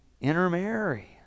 intermarry